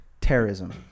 terrorism